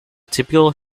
typical